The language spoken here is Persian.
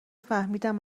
فهمیدم